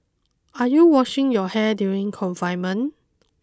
are you washing your hair during confinement